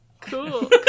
Cool